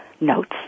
notes